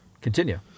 continue